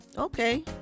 Okay